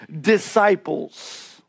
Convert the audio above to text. disciples